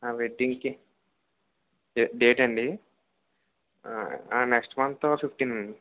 వెడ్డింగుకి day date అండి next month fifteen అండి